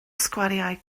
sgwariau